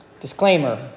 disclaimer